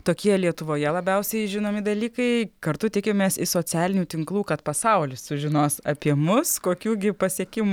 tokie lietuvoje labiausiai žinomi dalykai kartu tikimės iš socialinių tinklų kad pasaulis sužinos apie mus kokių gi pasiekimų